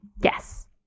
Yes